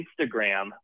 Instagram